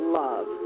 love